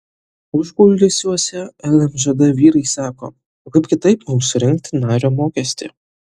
užkulisiuose lmžd vyrai sako o kaip kitaip mums surinkti nario mokestį